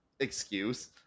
excuse